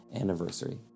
anniversary